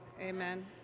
Amen